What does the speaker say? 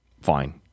fine